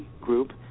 group